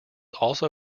also